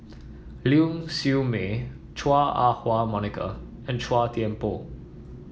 Ling Siew May Chua Ah Huwa Monica and Chua Thian Poh